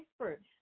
expert